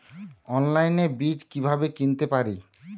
অনলাইনে বীজ কীভাবে কিনতে পারি?